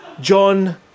John